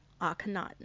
Akhenaten